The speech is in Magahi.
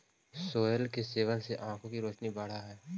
सोरल के सेवन से आंखों की रोशनी बढ़अ हई